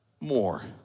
more